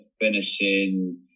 finishing